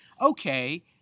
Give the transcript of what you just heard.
Okay